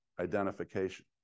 identification